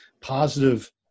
positive